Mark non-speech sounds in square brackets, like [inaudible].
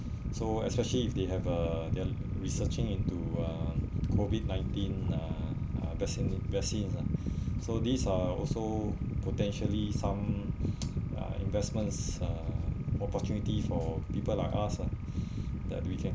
so especially if they have uh they are researching into uh COVID nineteen uh vaccine vaccines ah [breath] so these are also potentially some [noise] uh investments uh opportunity for people like us lah that we can